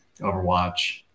Overwatch